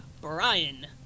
Brian